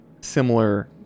similar